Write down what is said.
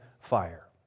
fire